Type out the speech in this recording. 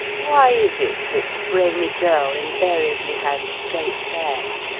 why is it that the brainy girl invariably has straight hair?